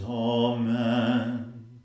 Amen